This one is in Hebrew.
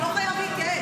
אתה לא חייב להתייעץ.